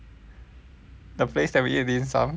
the place that we eat dimsum